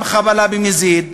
גם חבלה במזיד,